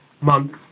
month